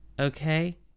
okay